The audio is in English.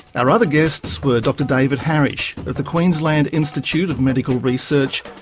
our other guests were dr david harrich of the queensland institute of medical research,